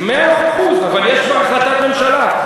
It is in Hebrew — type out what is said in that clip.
מאה אחוז, אבל יש כבר החלטת ממשלה.